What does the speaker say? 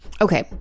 Okay